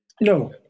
No